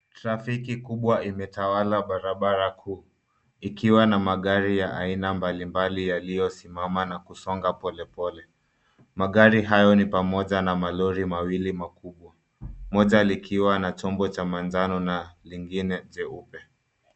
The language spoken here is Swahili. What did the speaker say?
Trafiki kubwa imetawala barabara kuu, ikiwa na magari ya aina mbalimbali yaliyosimama na kusonga polepole. Magari hayo ni pamoja na malori mawili makubwa, moja likiwa na chombo cha manjano na lingine jeupe.